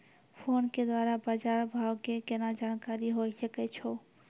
Phone के द्वारा बाज़ार भाव के केना जानकारी होय सकै छौ?